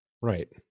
Right